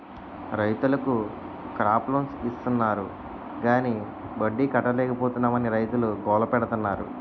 రైతులకు crop loans ఇస్తాన్నారు గాని వడ్డీ కట్టలేపోతున్నాం అని రైతులు గోల పెడతన్నారు